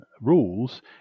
rules